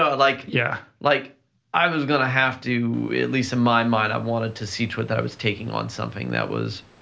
ah like yeah like i was gonna have to, at least in my mind, i wanted to see to it that i was taking on something that was